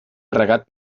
regat